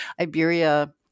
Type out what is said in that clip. Iberia